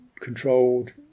controlled